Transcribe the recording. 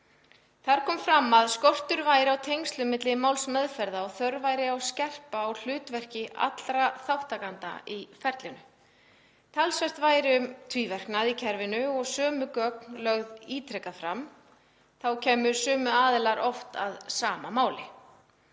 Þar kom fram að skortur væri á tengslum milli málsmeðferða og þörf væri á að skerpa á hlutverki allra þátttakanda í ferlinu. Talsvert væri um tvíverknað í kerfinu og sömu gögn lögð ítrekað fram. Þá kæmu sömu aðilar oft að sama máli.